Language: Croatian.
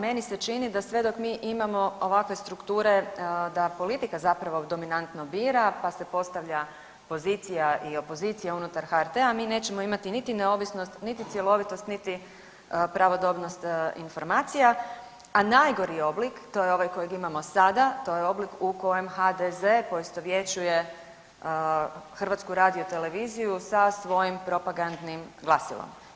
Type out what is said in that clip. Meni se čini da sve dok mi imamo ovakve strukture da politika zapravo dominantno bira pa se postavlja pozicija i opozicija unutar HRT-a, mi nećemo imati niti neovisnost, niti cjelovitost, niti pravodobnost informacija, a najgori oblik, to je ovaj koji imamo sada, to je oblik u kojem HDZ poistovjećuje HRT sa svojim propagandnim glasilom.